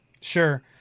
Sure